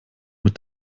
mit